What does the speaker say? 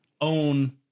own